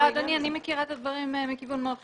אדוני, אני מכירה את הדברים מכיוון מאוד חיובי.